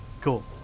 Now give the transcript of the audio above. Cool